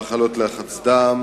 נמצאות מחלות לחץ דם,